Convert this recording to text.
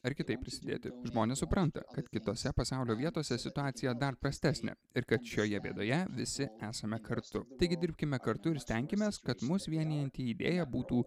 ar kitaip prisidėti žmonės supranta kad kitose pasaulio vietose situacija dar prastesnė ir kad šioje bėdoje visi esame kartu taigi dirbkime kartu ir stenkimės kad mus vienijanti idėja būtų